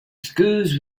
schools